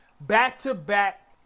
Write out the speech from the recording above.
back-to-back